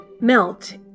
melt